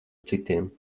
citiem